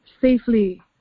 safely